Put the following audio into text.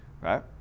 right